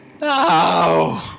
No